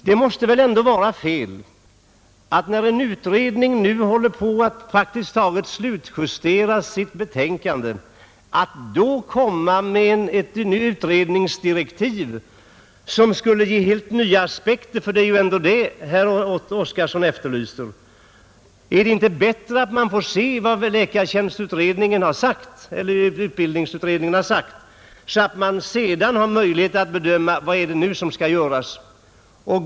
Det måste ändå vara fel att, när en utredning håller på att praktiskt taget slutjustera sitt betänkande, ge nya utredningsdirektiv, som skulle ge helt nya aspekter. Det är ändå det herr Oskarson efterlyser! Är det inte bättre att man avvaktar vad utredningen kommer att säga, så att man därefter har möjlighet att bedöma: Vad är det som nu skall göras?